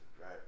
right